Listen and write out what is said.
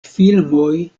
filmoj